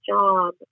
job